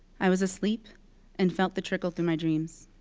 i was asleep and felt the trickle through my dreams.